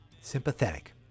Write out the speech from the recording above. sympathetic